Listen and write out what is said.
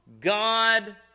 God